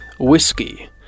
Whiskey